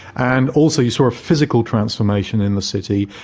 and also you saw a physical transformation in the city,